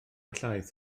llaeth